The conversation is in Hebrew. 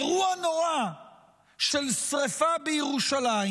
אירוע נורא של שרפה בירושלים.